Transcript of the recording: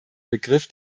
begriff